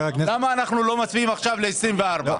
למה אנחנו לא מצביעים עכשיו ל-2024?